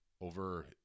over